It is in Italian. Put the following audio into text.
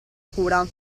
cura